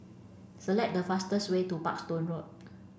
select the fastest way to Parkstone Road